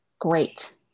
great